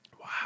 wow